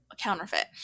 counterfeit